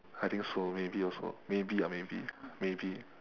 I think so maybe also maybe ah maybe maybe